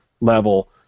level